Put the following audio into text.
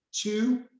Two